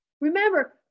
Remember